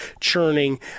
churning